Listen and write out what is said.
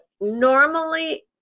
normally